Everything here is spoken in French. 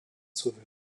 sauveur